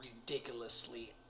ridiculously